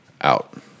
out